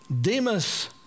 Demas